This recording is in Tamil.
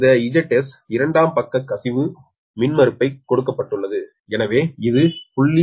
இந்த Zs இரண்டாம் பக்க கசிவு மின்மறுப்பு கொடுக்கப்பட்டுள்ளது எனவே இது po0